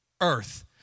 Earth